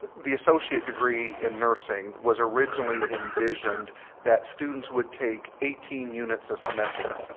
the associate degree in nursing was originally envisioned that students would take eighteen units a semester.